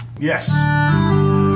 Yes